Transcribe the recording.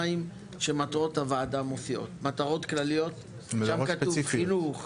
מטרות הוועדה מופיעות פעמיים: מטרות כלליות שם כתוב חינוך,